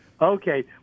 Okay